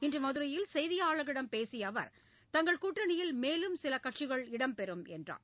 இன்று மதுரையில் செய்தியாளர்களிடம் பேசிய அவர் தங்கள் கூட்டணியில் மேலும் சில கட்சிகள் இடம்பெறும் என்றார்